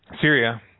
Syria